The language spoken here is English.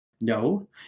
No